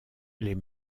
les